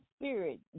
spirit